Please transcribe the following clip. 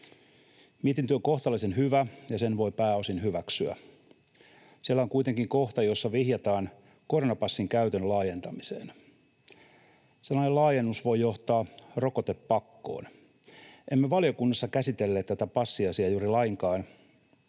Mietintö on kohtalaisen hyvä, ja sen voi pääosin hyväksyä. Siellä on kuitenkin kohta, jossa vihjataan koronapassin käytön laajentamiseen. Sellainen laajennus voi johtaa rokotepakkoon. Emme valiokunnassa käsitelleet tätä passiasiaa juuri lainkaan,